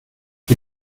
die